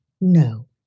no